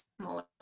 smaller